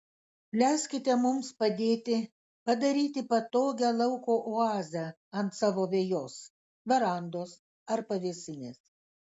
leiskite mums padėti padaryti patogią lauko oazę ant savo vejos verandos ar pavėsinės